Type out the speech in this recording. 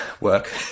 Work